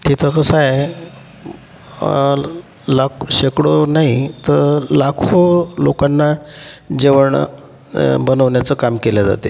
तिथं कसं आहे लाख शेकडो नाही तर लाखो लोकांना जेवण बनवण्याचं काम केलं जाते